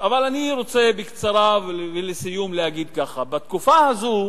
לצורך השוואה,